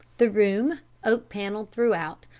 the room, oak-panelled throughout,